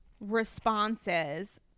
responses